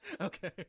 Okay